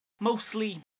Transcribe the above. mostly